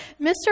mr